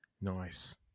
Nice